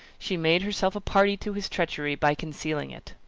she made herself a party to his treachery by concealing it.